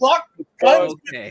Okay